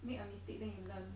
make a mistake then you learn